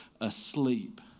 asleep